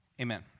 amen